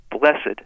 blessed